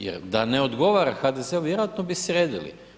Jer da ne odgovara HDZ-u vjerojatno bi sredili.